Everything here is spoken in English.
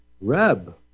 Reb